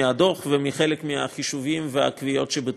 מהדוח ומחלק מהחישובים והקביעות שבו.